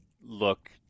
look